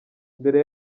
mbere